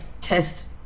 test